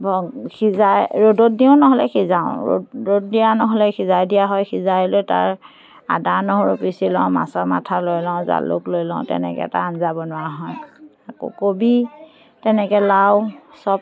ব সিজাই ৰ'দত দিওঁ নহ'লে সিজাওঁ ৰ'দত দিয়া নহ'লে সিজাই দিয়া হয় সিজাই লৈ তাৰ আদা নহৰু পিচি লওঁ মাছৰ মাথা লৈ লওঁ জালুক লৈ লওঁ তেনেকৈ এটা আঞ্জা বনোৱা হয় আকৌ কবি তেনেকৈ লাও চপ